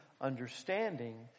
understanding